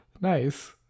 Nice